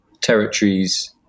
territories